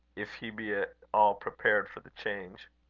if he be at all prepared for the change.